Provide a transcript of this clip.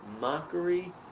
mockery